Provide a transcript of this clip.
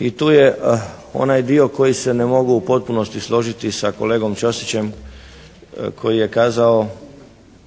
i tu je onaj dio koji se ne mogu u potpunosti složiti sa kolegom Ćosićem koji je kazao